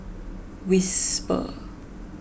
Whisper